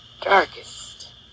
darkest